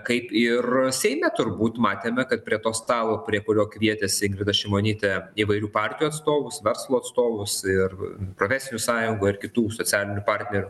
kaip ir seime turbūt matėme kad prie to stalo prie kurio kvietėsi ingrida šimonytė įvairių partijų atstovus verslo atstovus ir profesinių sąjungų ar kitų socialinių partnerių